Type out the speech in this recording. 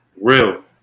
Real